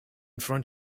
front